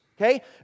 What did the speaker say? okay